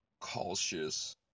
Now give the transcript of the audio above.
cautious